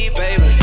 baby